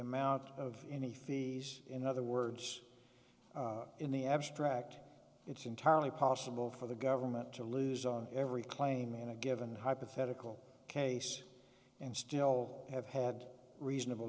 amount of any fees in other words in the abstract it's entirely possible for the government to lose on every claim in a given hypothetical case and still have had reasonable